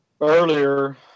earlier